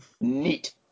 Neat